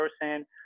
person